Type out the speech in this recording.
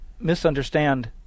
misunderstand